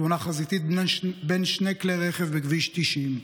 תאונה חזיתית בין שני כלי רכב בכביש 90,